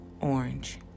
Orange